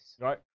Right